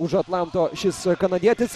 už atlanto šis kanadietis